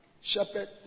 shepherd